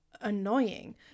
annoying